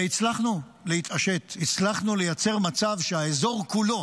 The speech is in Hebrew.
והצלחנו להתעשת, הצלחנו לייצר מצב שהאזור כולו